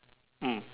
mm